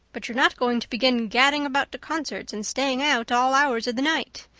but you're not going to begin gadding about to concerts and staying out all hours of the night.